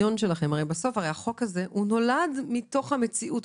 החוק הזה בעצם נולד מתוך המציאות,